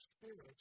spirits